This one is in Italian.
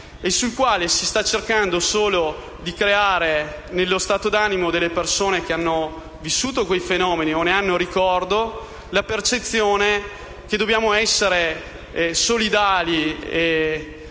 essi si sta cercando solo di creare nello stato d'animo delle persone che hanno vissuto quei fenomeni o ne hanno ricordo la percezione che dobbiamo essere solidali e